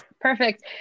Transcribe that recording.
Perfect